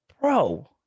Bro